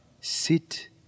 sit